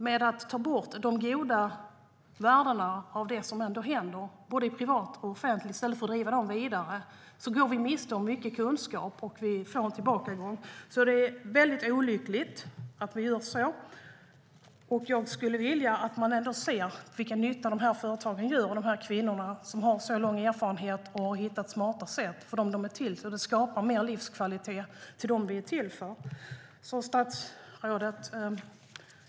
Men tar vi bort de goda värden av det som ändå händer, både privat och offentligt, i stället för att driva dem vidare går vi miste om mycket kunskap och får en tillbakagång. Det är väldigt olyckligt att vi gör så. Jag skulle vilja att man ser nyttan av dessa företag och de här kvinnorna, som har så lång erfarenhet och har hittat smarta sätt för dem som de är till för. Det skapar mer livskvalitet för dem vi är till för. Statsrådet!